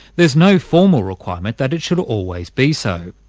there's no formal requirement that it should always be so.